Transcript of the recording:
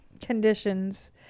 conditions